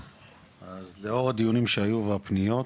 אז לאור הדיונים שהיו והפניות,